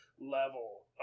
level